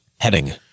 Heading